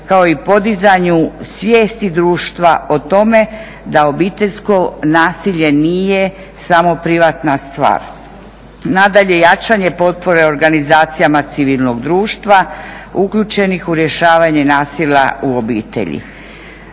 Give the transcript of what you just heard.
kao i podizanju svijesti društva o tome da obiteljsko nasilje nije samo privatna stvar. Nadalje, jačanje potpore organizacijama civilnog društva uključenih u rješavanje nasilja u obitelji.